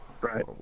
Right